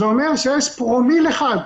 זה אומר שיש פרומיל אחד,